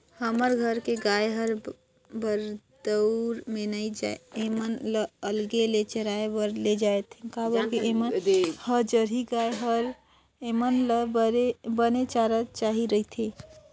हमर घर के गाय हर बरदउर में नइ जाये ऐमन ल अलगे ले चराए बर लेजाथन काबर के ऐमन ह जरसी गाय हरय ऐेमन ल बने चारा चाही रहिथे